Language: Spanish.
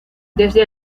desde